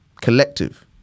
collective